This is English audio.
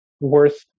worth